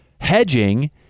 Hedging